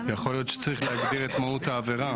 יכול להיות שצריך להגדיר את מהות העבירה.